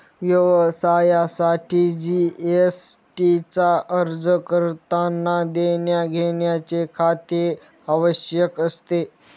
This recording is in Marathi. व्यवसायासाठी जी.एस.टी चा अर्ज करतांना देण्याघेण्याचे खाते आवश्यक असते